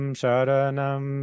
sharanam